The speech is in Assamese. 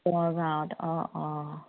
কোঁৱৰ গাঁৱত অঁ অঁ